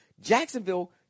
Jacksonville